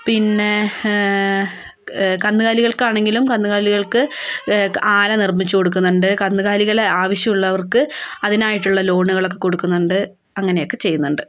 പിന്നെ കന്നുകാലികൾക്കാണെങ്കിലും കന്നുകാലികൾക്ക് ആല നിർമ്മിച്ച് കൊടുക്കുന്നുണ്ട് കന്നുകാലികളെ ആവശ്യം ഉള്ളവർക്ക് അതിനായിട്ടുള്ള ലോണുകളൊക്കെ കൊടുക്കുന്നുണ്ട് അങ്ങനെയൊക്കെ ചെയ്യുന്നുണ്ട്